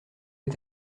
est